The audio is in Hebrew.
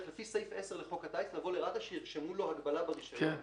לפי סעיף 10 לחוק הטיס לבוא לרת"א שירשמו לו הגבלה ברישיון,